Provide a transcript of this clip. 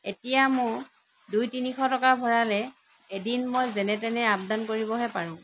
এতিয়া মোক দুই তিনিশ ভৰালে এদিন মই যেনেতেনে আপ ডাউন কৰিবহে পাৰোঁ